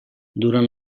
durant